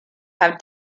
have